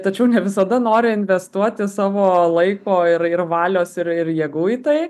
tačiau ne visada nori investuoti savo laiko ir ir valios ir ir jėgų į tai